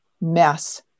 mess